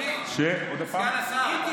אדוני סגן השר,